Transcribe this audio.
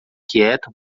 quieto